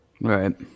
Right